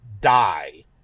die